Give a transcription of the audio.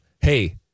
Hey